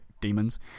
demons